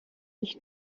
ich